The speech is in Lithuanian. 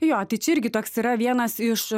jo tai čia irgi toks yra vienas iš